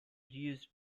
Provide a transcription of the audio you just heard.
used